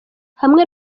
hamwe